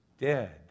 dead